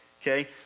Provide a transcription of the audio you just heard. Okay